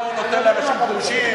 מה הוא נותן לאנשים גרושים?